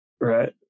Right